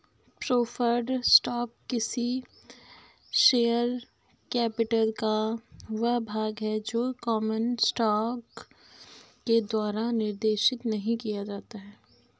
preferred stock किसी share capital का वह भाग है जो कॉमन स्टॉक के द्वारा निर्देशित नहीं किया जाता है